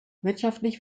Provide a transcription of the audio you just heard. wirtschaftlich